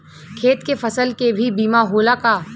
खेत के फसल के भी बीमा होला का?